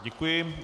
Děkuji.